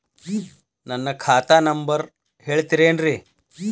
ನನ್ನ ಖಾತಾ ನಂಬರ್ ಹೇಳ್ತಿರೇನ್ರಿ?